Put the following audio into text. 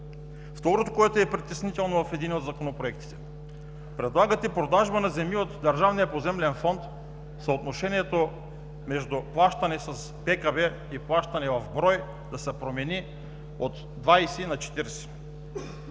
Второто, което е притеснително в един от законопроектите – предлагате продажба на земи от Държавния поземлен фонд, съотношението между плащане с ДКБ и плащане в брой да се промени от 20 на 40.